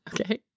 Okay